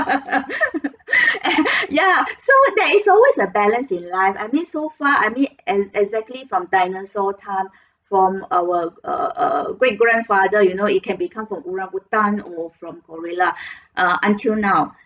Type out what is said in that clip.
ya so there is always a balance in life I mean so far I mean ex~ exactly from dinosaur time from our err err great grandfather you know it can become from orang utan or from gorilla uh until now